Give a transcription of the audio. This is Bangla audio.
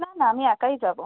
না না আমি একাই যাব